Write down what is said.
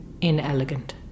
inelegant